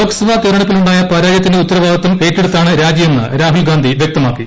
ലോക്സഭാ തെരഞ്ഞെടുപ്പിലുണ്ടായ പരാജയത്തിന്റെ ഉത്തരവാദിത്തം ഏറ്റെടുത്താണ് രാജിയെന്ന് രാഹുൽ ഗാന്ധി വ്യക്തമാക്കി